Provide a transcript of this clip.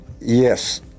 yes